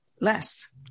less